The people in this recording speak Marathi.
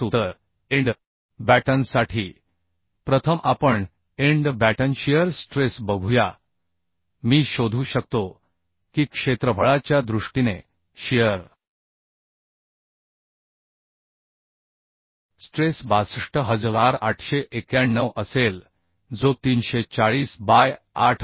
तर एंड बॅटनसाठी प्रथम आपण एंड बॅटन शियर स्ट्रेस बघूया मी शोधू शकतो की क्षेत्रफळाच्या दृष्टीने शियर स्ट्रेस 62891 असेल जो 340 बाय 8 आहे